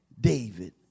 David